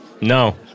No